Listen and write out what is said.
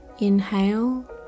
inhale